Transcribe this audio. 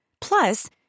Plus